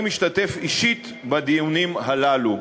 אני משתתף אישית בדיונים הללו,